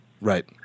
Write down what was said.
Right